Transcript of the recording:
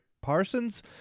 Parsons